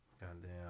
Goddamn